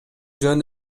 жөн